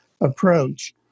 approach